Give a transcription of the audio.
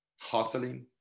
hustling